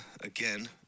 again